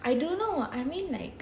I don't know I mean like